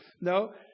No